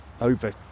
over